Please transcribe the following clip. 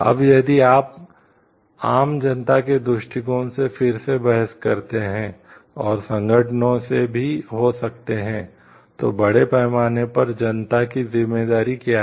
अब यदि आप आम जनता के दृष्टिकोण से फिर से बहस करते हैं और संगठनों से भी हो सकते हैं तो बड़े पैमाने पर जनता की जिम्मेदारी क्या है